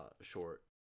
short